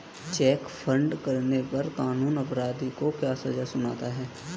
Check fraud करने पर कानून अपराधी को क्या सजा सुनाता है?